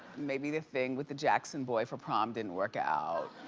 maybe the thing with the jackson boy from prom didn't work out,